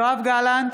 יואב גלנט,